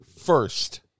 first